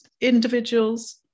individuals